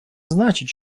значить